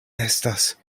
estas